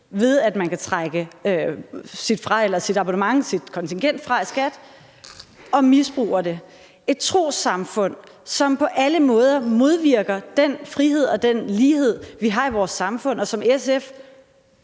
ved at man kan trække sit kontingent fra i skat, og misbruger det. Det er et trossamfund, som på alle måder modvirker den frihed og den lighed, vi har i vores samfund – noget, som SF